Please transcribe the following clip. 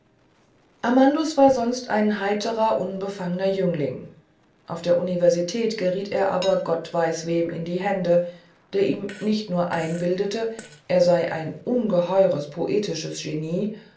war sonst ein heiterer unbefangner jüngling auf der universität geriet er aber gott weiß wem in die hände der ihm nicht nur einbildete er sei ein ungeheures poetisches genie